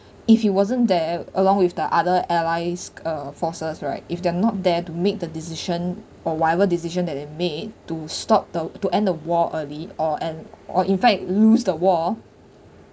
if he wasn't there along with the other allies uh forces right if they're not there to make the decision or whatever decision that they made to stop the to end the war early or and or in fact lose the war